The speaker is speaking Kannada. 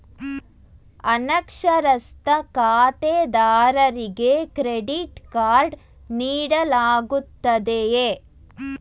ಅನಕ್ಷರಸ್ಥ ಖಾತೆದಾರರಿಗೆ ಕ್ರೆಡಿಟ್ ಕಾರ್ಡ್ ನೀಡಲಾಗುತ್ತದೆಯೇ?